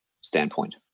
standpoint